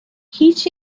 هیچ